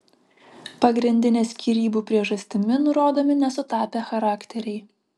pagrindinė skyrybų priežastimi nurodomi nesutapę charakteriai